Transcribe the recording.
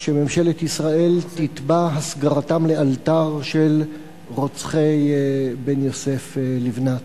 שממשלת ישראל תתבע הסגרתם לאלתר של רוצחי בן יוסף לבנת.